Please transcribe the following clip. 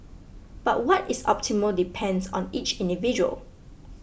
but what is optimal depends on each individual